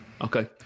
Okay